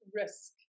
risk